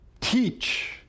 teach